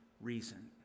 reason